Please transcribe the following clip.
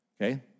okay